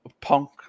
punk